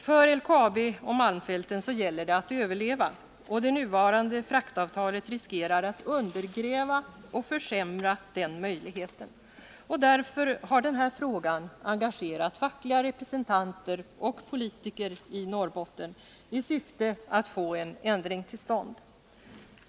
För LKAB och malmfälten gäller det att överleva, och det nuvarande fraktavtalet riskerar att undergräva och försämra den möjligheten. Därför har den här frågan engagerat fackliga representanter och politiker i Norrbotten i syfte att få en ändring till stånd.